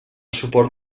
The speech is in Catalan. suport